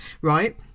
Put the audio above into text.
right